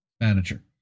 manager